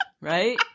right